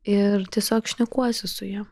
ir tiesiog šnekuosi su ja